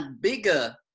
bigger